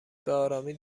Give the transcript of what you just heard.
بهآرامی